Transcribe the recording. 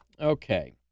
Okay